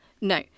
No